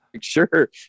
sure